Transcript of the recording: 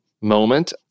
moment